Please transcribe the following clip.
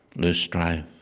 loosestrife,